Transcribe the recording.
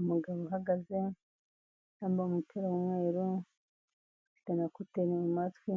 Umugabo uhagaze, yambaye umupira w'umweru, afite na kuteri mu matwi,